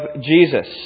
Jesus